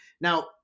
Now